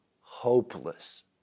hopeless